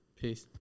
Peace